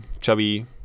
chubby